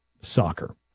Soccer